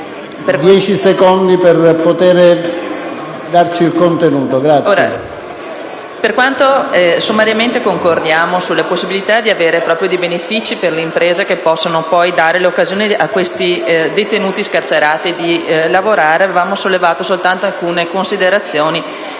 per quanto sommariamente concordiamo sulla possibilità di avere dei benefici per le imprese che poi possono dare l'occasione ai detenuti scarcerati di lavorare, abbiamo sollevato solo alcune considerazioni